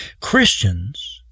Christians